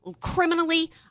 criminally